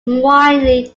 mildly